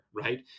right